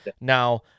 Now